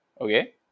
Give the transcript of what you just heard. Okay